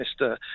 Mr